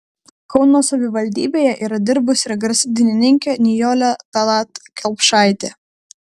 kauno savivaldybėje yra dirbusi ir garsi dainininkė nijolė tallat kelpšaitė